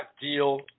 deal